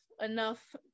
enough